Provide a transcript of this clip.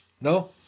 No